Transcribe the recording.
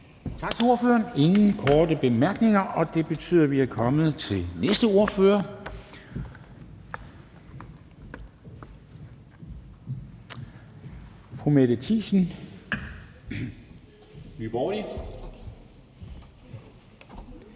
Tak til ordføreren. Ingen korte bemærkninger. Og det betyder, at vi er kommet til næste ordfører, som er fru Mette Thiesen, Nye